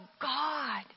God